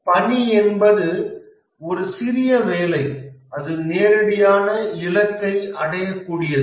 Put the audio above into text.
பணி என்பது ஒரு சிறிய வேலை அது நேரடியான இலக்கை அடையக்கூடியது